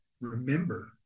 remember